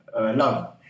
love